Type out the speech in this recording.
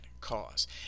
cause